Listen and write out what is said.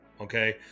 Okay